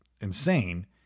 insane